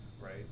right